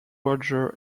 roger